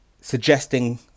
suggesting